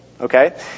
Okay